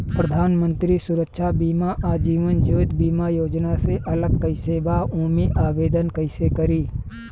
प्रधानमंत्री सुरक्षा बीमा आ जीवन ज्योति बीमा योजना से अलग कईसे बा ओमे आवदेन कईसे करी?